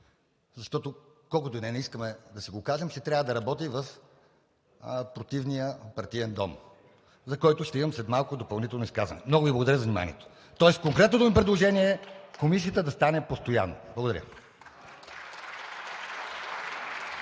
Защото, колкото и да не искаме да си го кажем, ще трябва да работи в противния партиен дом, за който ще имам след малко допълнително изказване. Много Ви благодаря за вниманието. Тоест конкретното ми предложение е комисията да стане постоянна. Благодаря.